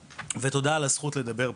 ותודה על הזכות לדבר פה.